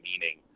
meaning